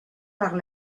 par